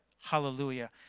Hallelujah